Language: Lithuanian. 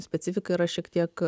specifika yra šiek tiek